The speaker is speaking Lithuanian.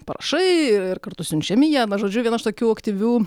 parašai ir ir kartu siunčiami jie na žodžiu viena iš tokių aktyvių